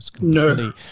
No